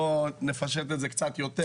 בוא נפשט את זה קצת יותר,